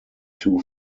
two